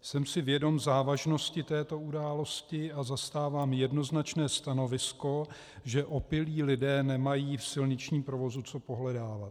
Jsem si vědom závažnosti této události a zastávám jednoznačné stanovisko, že opilí lidé nemají v silničním provozu co pohledávat.